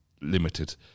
limited